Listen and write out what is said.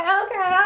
okay